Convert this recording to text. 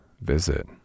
visit